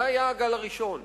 זה היה הגל הראשון,